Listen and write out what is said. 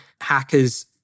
hackers